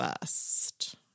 first